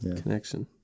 connection